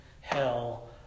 hell